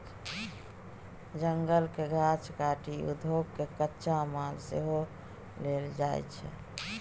जंगलक गाछ काटि उद्योग केँ कच्चा माल सेहो देल जाइ छै